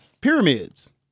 pyramids